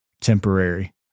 temporary